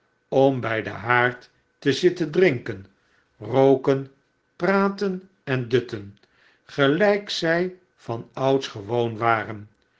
om bij den haard te zitten drinken rooken praten en dutten gelijk zij vanouds gewoon waren